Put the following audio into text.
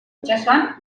itsasoan